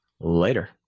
Later